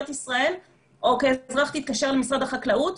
ישראל או אם כאזרח תתקשר למשרד החקלאות,